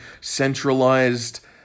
centralized